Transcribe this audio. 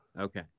Okay